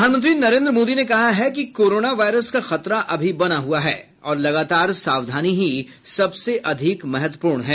प्रधानमंत्री नरेन्द्र मोदी ने कहा है कि कोरोना वायरस का खतरा अभी बना हुआ है और लगातार सावधानी ही सबसे अधिक महत्वपूर्ण है